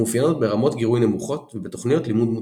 המאופיינות ברמות גירוי נמוכות ובתוכניות לימוד מותאמות.